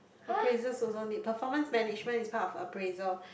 appraisals also need performs management is part of appraisal